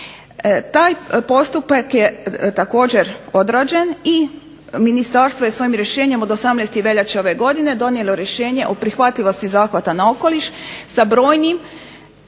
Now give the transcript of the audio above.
Taj postupak je također odrađen i ministarstvo je svojim rješenjem od 18. veljače ove godine donijelo rješenje o prihvatljivosti zahvata na okoliš, sa brojnim